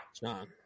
John